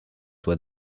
where